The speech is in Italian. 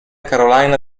carolina